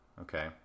Okay